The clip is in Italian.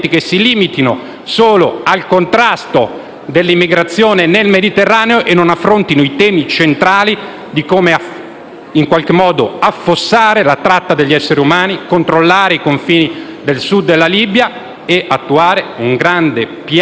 solo al contrasto dell'immigrazione nel Mediterraneo e non affrontino i temi centrali di come affossare la tratta degli esseri umani, controllare i confini del Sud della Libia e attuare un grande piano